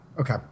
Okay